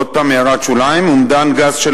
עוד פעם הערת שוליים: אומדן גס של